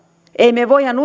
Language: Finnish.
emme me voi